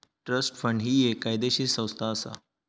trust fund ही एक कायदेशीर संस्था असा